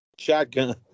shotgun